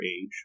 age